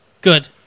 Good